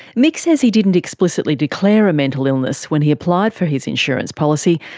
mick says he didn't explicitly declare a mental illness when he applied for his insurance policy,